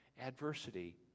adversity